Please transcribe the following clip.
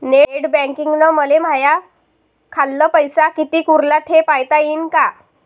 Net बँकिंगनं मले माह्या खाल्ल पैसा कितीक उरला थे पायता यीन काय?